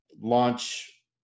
launch